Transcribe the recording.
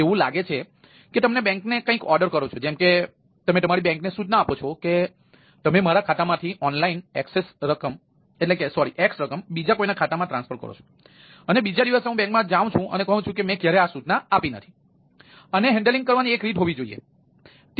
એવું લાગે છે કે તમે બેંકને કંઈક ઓર્ડર કરો છો જેમ કે તમે તમારી બેંકને સૂચના આપો છો કે તમે મારા ખાતામાંથી ઓનલાઇન એક્સ રકમ બીજા કોઈના ખાતામાં ટ્રાન્સફર કરો છો અને બીજા દિવસે હું બેંકમાં જાઉં છું અને કહું છું કે મેં ક્યારેય આ સૂચના આપી નથી